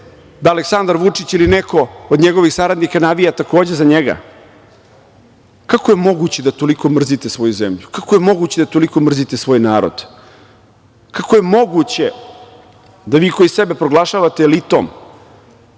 da Aleksandar Vučić ili neko od njegovih saradnika navija takođe za njega? Kako je moguće da toliko mrzite svoju zemlju? Kako je moguće da toliko mrzite svoj narod? Kako je moguće da vi koji sebe proglašavate elitom,